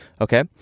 Okay